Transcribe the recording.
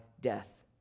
death